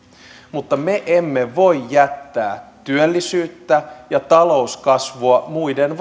mutta me emme voi jättää työllisyyttä ja talouskasvua muiden